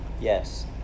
Yes